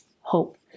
hope